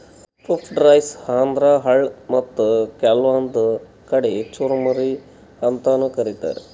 puffed rice ಅಂದ್ರ ಅಳ್ಳ ಮತ್ತ್ ಕೆಲ್ವನ್ದ್ ಕಡಿ ಚುರಮುರಿ ಅಂತಾನೂ ಕರಿತಾರ್